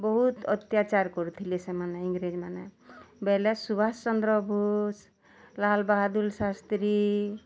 ବହୁତ୍ ଅତ୍ୟାଚାର୍ କରୁଥିଲେ ସେମାନେ ଇଂରେଜମାନେ ବୋଇଲେ ସୁବାଷ୍ ଚନ୍ଦ୍ର ବୋଷ୍ ଲାଲ୍ ବାହାଦୂର୍ ଶାସ୍ତ୍ରୀ